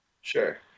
Sure